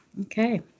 Okay